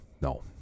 No